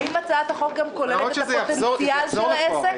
האם הצעת החוק גם כוללת את הפוטנציאל של העסק?